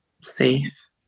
safe